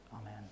Amen